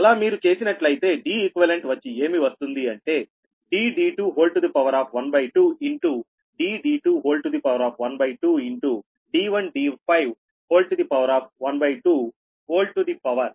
అలా మీరు చేసినట్లైతే Deq వచ్చి ఏమి వస్తుంది అంటే 12 12 ½ హోల్ టు ద పవర్